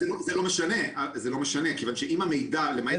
זה לא משנה, כיוון שאם המידע ---.